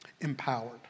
Empowered